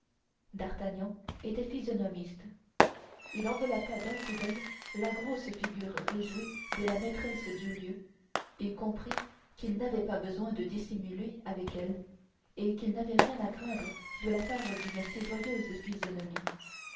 d'artagnan était physionomiste il enveloppa d'un coup d'oeil la grosse figure réjouie de la maîtresse du lieu et comprit qu'il n'avait pas besoin de dissimuler avec elle et qu'il n'avait rien à craindre de la part d'une si joyeuse